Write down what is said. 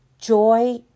Joy